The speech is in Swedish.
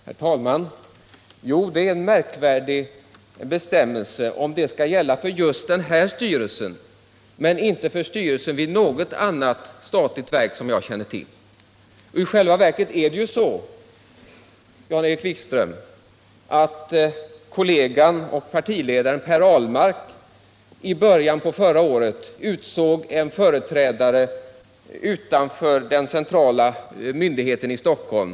Herr talman! Jo, det är en märkvärdig bestämmelse, om den skall gälla för just den här styrelsen men inte för styrelser vid något annat statligt verk som jag känner till. Det är faktiskt så, att Jan-Erik Wikströms partiledare i början av förra året utsåg en företrädare utanför den centrala myndigheten i Stockholm.